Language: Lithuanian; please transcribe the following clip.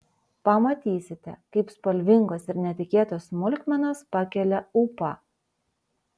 pamatysite kaip spalvingos ir netikėtos smulkmenos pakelia ūpą